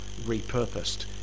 repurposed